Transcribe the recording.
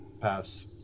Pass